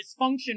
dysfunction